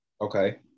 Okay